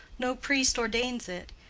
no priest ordains it,